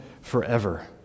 forever